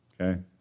okay